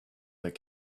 that